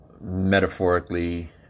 Metaphorically